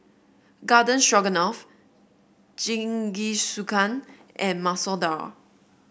Garden Stroganoff Jingisukan and Masoor Dal